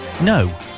No